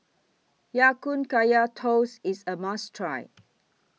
Ya Kun Kaya Toast IS A must Try